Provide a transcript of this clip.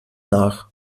nach